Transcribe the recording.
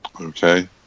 okay